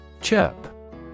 Chirp